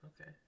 Okay